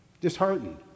disheartened